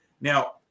Now